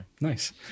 Nice